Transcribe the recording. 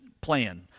plan